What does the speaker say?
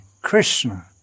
Krishna